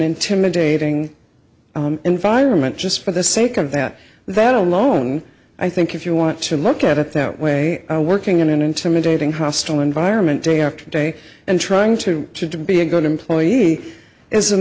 intimidating environment just for the sake of that that alone i think if you want to look at it that way working in an intimidating hostile environment day after day and trying to cheat to be a good employee is